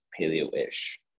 paleo-ish